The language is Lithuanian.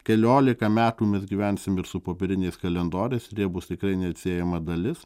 keliolika metų mes gyvensim ir su popieriniais kalendoriais ir jie bus tikrai neatsiejama dalis